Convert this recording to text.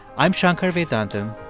i'm shankar vedantam,